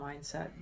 mindset